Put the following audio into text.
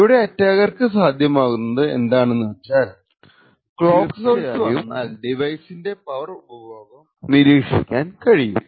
ഇവിടെ അറ്റാക്കർക്കു സാധ്യമാകുന്നത് എന്താന്നെന്നുവച്ചാൽ ക്ലോക്ക് സോഴ്സ് വന്നാൽ ഡിവൈസിന്റെ പവർ ഉപഭോഗം ടെർച്ചയായും നിരീക്ഷിക്കാൻ കഴിയും